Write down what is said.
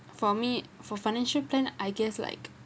for me for financial plan I guess like